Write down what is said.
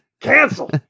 Cancel